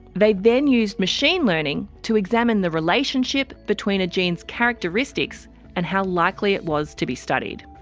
they then used machine learning to examine the relationship between a gene's characteristics and how likely it was to be studied.